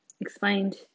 explained